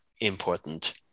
important